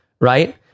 Right